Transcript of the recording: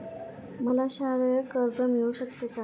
मला शालेय कर्ज मिळू शकते का?